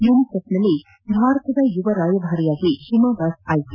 ಯುನಿಸೆಫ್ನಲ್ಲಿ ಭಾರತದ ಯುವ ರಾಯಭಾರಿಯಾಗಿ ಹಿಮಾದಾಸ್ ಆಯ್ಲೆ